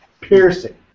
Piercing